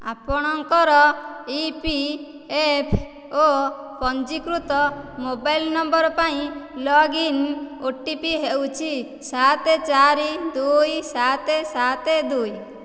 ଆପଣଙ୍କର ଇପିଏଫ୍ଓ ପଞ୍ଜୀକୃତ mobile number ପାଇଁ ଲଗଇନ୍ ଓଟିପି ହେଉଛି ସାତ ଚାରି ଦୁଇ ସାତ ସାତ ଦୁଇ